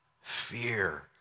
fear